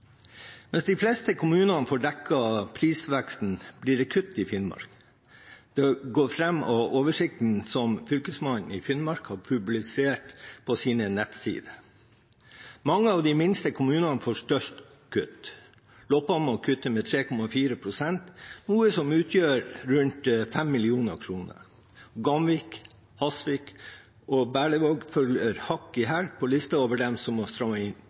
Mens de fleste kommunene får dekket prisveksten, blir det kutt i Finnmark. Det går fram av oversikten som Fylkesmannen i Finnmark har publisert på sine nettsider. Mange av de minste kommunene får størst kutt. Loppa må kutte 3,4 pst., noe som utgjør rundt 5 mill. kr. Gamvik, Hasvik og Berlevåg følger hakk i hæl på lista over dem som må stramme inn